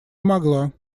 могла